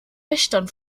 wächtern